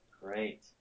Great